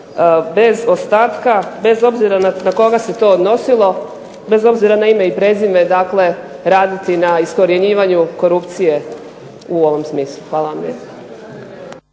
bez ostatka bez obzira na koga se to odnosilo, bez obzira na ime i prezime raditi na iskorjenjivanju korupcije u ovom smislu. Hvala vam